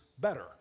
better